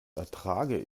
ertrage